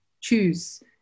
choose